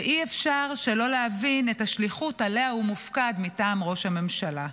ואי-אפשר שלא להבין את השליחות שעליה הוא מופקד מטעם ראש הממשלה.